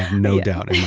no doubt